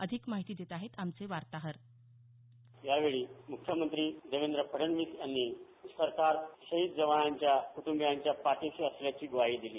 अधिक माहिती देत आहेत आमचे वार्ताहर या वेळी मुख्यमंत्री देवेंद्र फडणवीस यांनी सरकार शहीद जवानांच्या कुटुंबीयांच्या पाठीशी असल्याची ग्वाही दिली